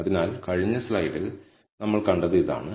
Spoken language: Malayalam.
അതിനാൽ കഴിഞ്ഞ സ്ലൈഡിൽ നമ്മൾ കണ്ടത് ഇതാണ്